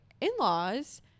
in-laws